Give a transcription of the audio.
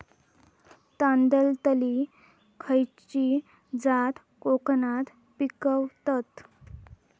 तांदलतली खयची जात कोकणात पिकवतत?